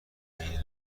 بین